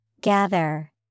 Gather